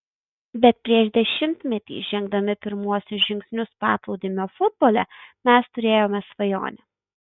bet prieš dešimtmetį žengdami pirmuosius žingsnius paplūdimio futbole mes turėjome svajonę